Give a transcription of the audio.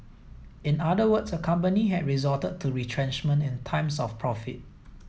in other words a company had resorted to retrenchment in times of profit